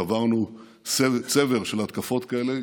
צברנו צבר של התקפות כאלה,